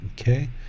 okay